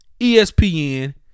ESPN